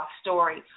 story